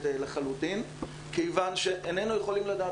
לחלוטין כיוון שאיננו יכולים לדעת,